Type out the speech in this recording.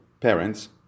parents